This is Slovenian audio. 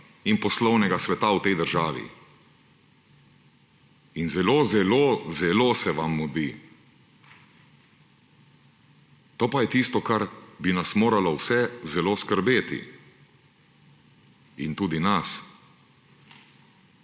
in poslovnega sveta v tej državi. In zelo zelo zelo se vam mudi. To pa je tisto, kar bi nas moralo vse zelo skrbeti, in tudi nas.